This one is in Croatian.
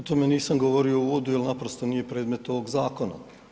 O tome nisam govorio u uvodu jer naprosto nije predmet ovog zakona.